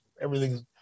everything's